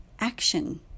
action